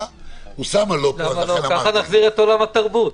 ככה נחזיר את עולם התרבות.